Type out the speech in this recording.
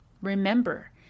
Remember